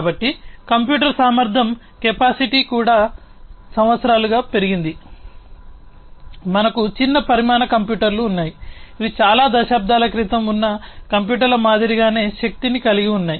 కాబట్టి కంప్యూటింగ్ సామర్థ్యం కూడా సంవత్సరాలుగా పెరిగింది మనకు చిన్న పరిమాణ కంప్యూటర్లు ఉన్నాయి అవి చాలా దశాబ్దాల క్రితం ఉన్న కంప్యూటర్ల మాదిరిగానే శక్తిని కలిగి ఉన్నాయి